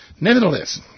Nevertheless